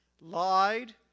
lied